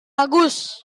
bagus